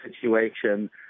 situation